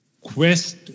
quest